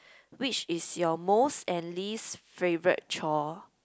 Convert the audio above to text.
which is your most and least favourite chore